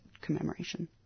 commemoration